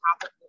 top